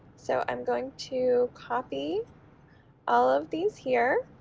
so i'm going to copy all of these here